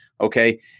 Okay